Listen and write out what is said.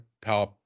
Power